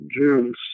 June